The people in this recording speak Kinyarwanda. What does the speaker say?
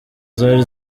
zari